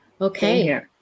Okay